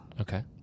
Okay